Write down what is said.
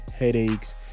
headaches